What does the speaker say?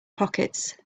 pockets